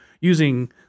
using